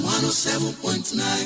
107.9